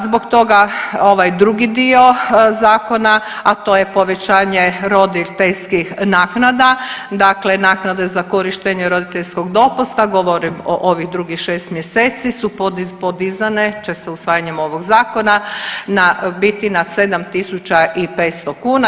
Zbog toga ovaj drugi dio zakona, a to je povećanje roditeljskih naknada dakle naknade za korištenje roditeljskog dopusta, govorim o ovih drugih 6 mjeseci su podizane će se usvajanjem ovog zakona na, biti na 7.500 kuna.